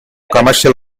commercial